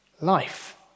life